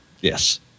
Yes